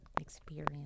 experience